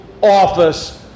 Office